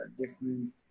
different